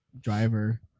driver